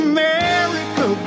America